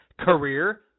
Career